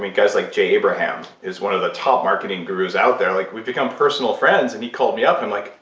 guys like jay abraham, he's one of the top marketing gurus out there, like we've become personal friends, and he called me up. i'm like,